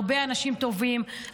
הרבה אנשים טובים,